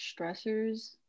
stressors